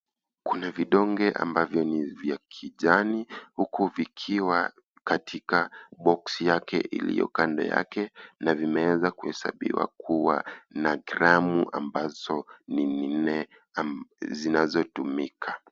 Kuna vidonge ambavyo ni vya kijani, huku vikiwa katika boksi yake iliyo kando yake na vimeweza kuhesabiwa kuwa na gramu ambazo ni minne zinazotumika.